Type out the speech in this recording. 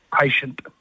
Patient